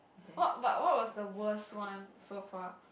what but what was the worst one so far